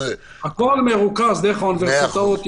הכול מרוכז דרך האוניברסיטאות,